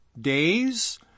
days